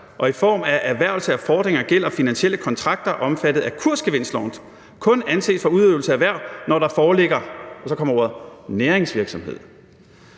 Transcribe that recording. og i form af erhvervelse af fordringer, gæld og finansielle kontrakter omfattet af kursgevinstloven kun anses for udøvelse af erhverv, når der foreligger« – og så kommer